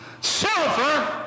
silver